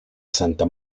santa